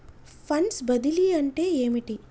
Funds బదిలీ అంటే ఏమిటి?